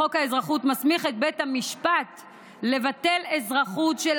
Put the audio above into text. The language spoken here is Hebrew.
לחוק האזרחות מסמיך את בית המשפט לבטל אזרחות של